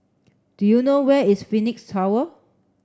do you know where is Phoenix Tower